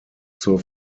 zur